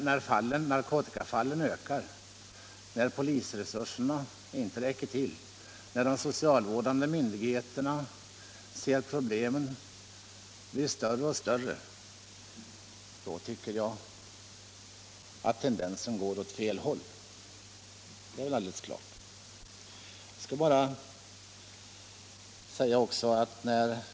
När narkotikafallen ökar och när polisresurserna inte räcker till, när de socialvårdande myndigheterna ser problemen bli större och större — då tycker jag att tendensen går åt fel håll, det är väl alldeles klart.